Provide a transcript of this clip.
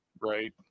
Right